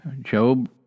Job